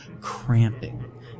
cramping